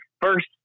first